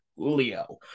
Leo